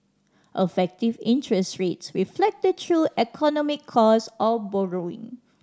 effective interest rates reflect the true economic cost of borrowing